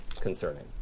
concerning